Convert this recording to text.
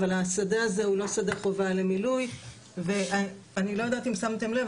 אבל השדה הזה הוא לא שדה חובה למילוי ואני לא יודעת אם שמתם לב